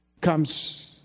comes